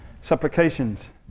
Supplications